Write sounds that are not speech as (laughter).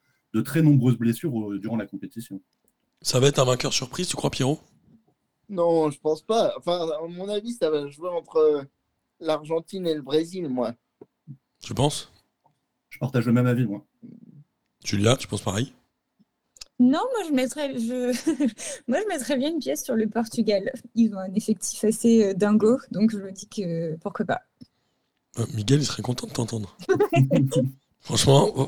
de très nombreuses blessures, euh, durant la compétition. Ça va être un vainqueur surprise, tu crois, Pierrot ? Non, je pense pas. Enfin, à mon avis, ça va jouer entre, euh, l'Argentine et le Brésil, moi. Tu penses ? Je partage le même avis, moi. Julia, tu penses pareil ? Non, moi, je mettrais- je- (laughs) moi, je mettrais bien une pièce sur le Portugal. Ils ont un effectif assez, euh, dingo, donc je me dis que pourquoi pas. (laughs) Euh, Miguel, il serait content de t'entendre. (laughs) Franchement,